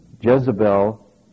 Jezebel